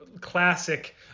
classic